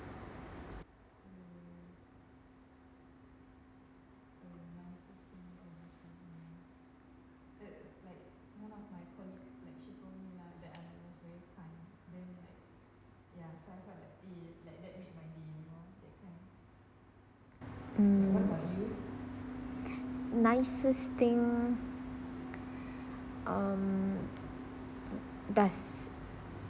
mm nicest thing um best